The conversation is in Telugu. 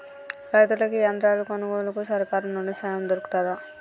రైతులకి యంత్రాలు కొనుగోలుకు సర్కారు నుండి సాయం దొరుకుతదా?